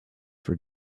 for